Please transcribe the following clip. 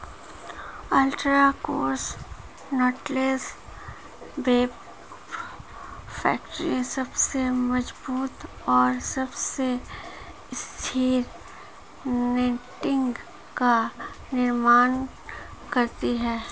ultra cross knotless web factory सबसे मजबूत और सबसे स्थिर नेटिंग का निर्माण करती है